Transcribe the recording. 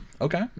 Okay